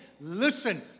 listen